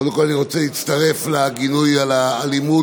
קודם כול אני רוצה להצטרף לגינוי על האלימות